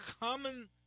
common